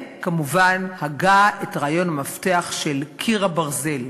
וכמובן, גם הגה את רעיון המפתח של קיר הברזל,